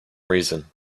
reason